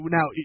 Now